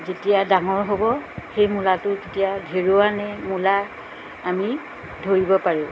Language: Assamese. যেতিয়া ডাঙৰ হ'ব সেই মূলাটো তেতিয়া ধেৰুৱা নে মূলা আমি ধৰিব পাৰোঁ